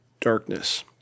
darkness